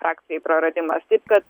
frakcijai praradimas taip kad